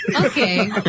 Okay